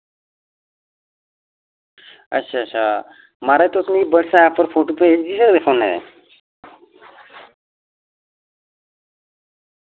अच्छा अच्छा म्हाराज तुस मिगी व्हाट्सएप पर फोटो भेजगे इस फोनै दे